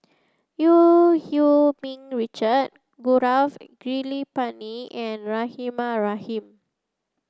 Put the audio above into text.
Eu Hee Ming Richard Gaurav Kripalani and Rahimah Rahim